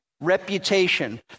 reputation